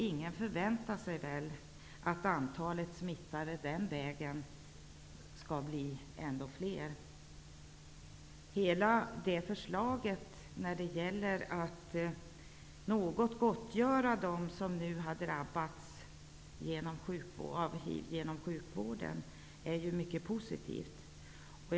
Ingen förväntar sig väl att antalet smittade som smittats den vägen skall bli fler. Förslaget när det gäller att något gottgöra dem som har drabbats av hiv genom sjukvården är ju i sin helhet mycket positivt.